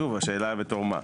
השאלה בתור מה.